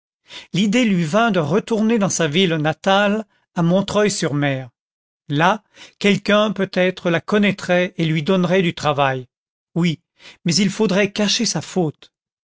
l'idée lui vint de retourner dans sa ville natale à montreuil sur mer là quelqu'un peut-être la connaîtrait et lui donnerait du travail oui mais il faudrait cacher sa faute